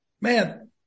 man